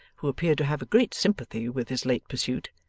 who appeared to have a great sympathy with his late pursuit.